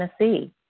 Tennessee